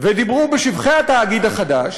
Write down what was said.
ודיברו בשבחי התאגיד החדש,